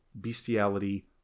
bestiality